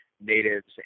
natives